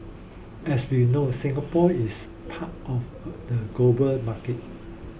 as we know Singapore is part of a the global market